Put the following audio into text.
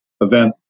event